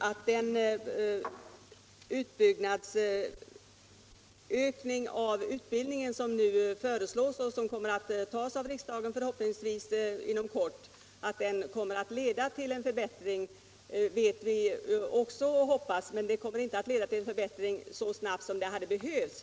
Att den ökning av utbildningen som nu föreslås och som riksdagen förhoppningsvis skall fatta beslut om inom kort kommer att leda till en förbättring vet vi. Men den kommer inte att leda till en förbättring så snabbt som det hade behövts.